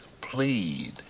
plead